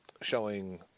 showing